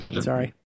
Sorry